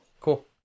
cool